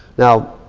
now,